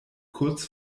kurz